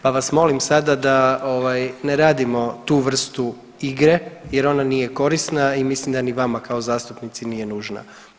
Pa vas molim sada da ne radimo tu vrstu igre jer ona nije korisna, a mislim da ni vama kao zastupnici nije nužna.